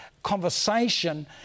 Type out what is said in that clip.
conversation